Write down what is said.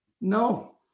No